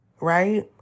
Right